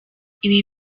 ibi